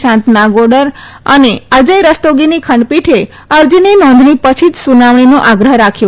શાંતનાગોડર અને અજય રસ્તોગીની ખંડપીઠે અરજીની નોંધણી પછી જ સુનાવણીનો આગ્રહ રાખ્યો